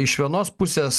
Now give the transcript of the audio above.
iš vienos pusės